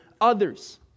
others